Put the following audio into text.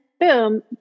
boom